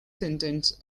sentence